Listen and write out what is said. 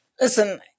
Listen